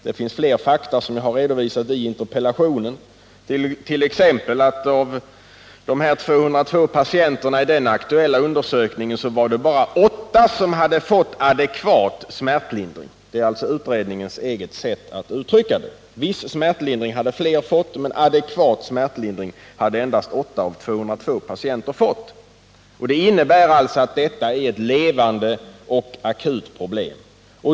Det finns fler fakta därifrån som jag har redovisat i interpellationen, t.ex. att av de 202 patienterna i den aktuella undersökningen bara åtta hade fått ”adekvat smärtlindring”. Detta är utredningens eget uttryckssätt. Viss smärtlindring hade fler fått, men adekvat smärtlindring hade endast åtta av 202 patienter fått. Det innebär alltså att detta är ett levande och akut problem.